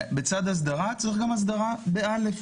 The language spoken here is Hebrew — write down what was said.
בצד הסדרה צריך גם אסדרה באל"ף,